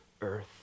earth